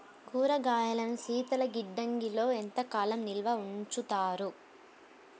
కూరగాయలను శీతలగిడ్డంగిలో ఎంత కాలం నిల్వ ఉంచుతారు?